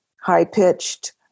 high-pitched